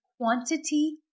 quantity